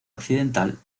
occidental